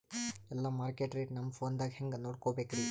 ಎಲ್ಲಾ market rate ನಮ್ ಫೋನದಾಗ ಹೆಂಗ ನೋಡಕೋಬೇಕ್ರಿ?